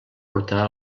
portar